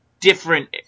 different